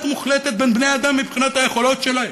מוחלטת בין בני-אדם מבחינת היכולות שלהם,